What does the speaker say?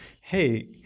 hey